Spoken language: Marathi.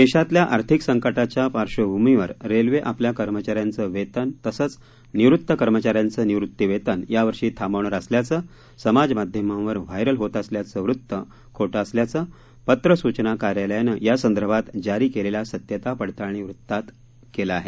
देशातल्या आर्थिक संकटाच्या पार्श्वभूमीवर रेल्वे आपल्या कर्मचा यांचं वेतन तसंच निवृत्त कर्मचा यांचे निवृत्तीवेतन यावर्षी थांबवणार असल्याचं समाजमाध्यमावर व्हायरल होत असलेलं वृत्त खोटं असल्याचं पत्र सूचना कार्यालयानं यासंदर्भात जारी केलेल्या सत्यता पडताळणी वृत्तात केलं आहे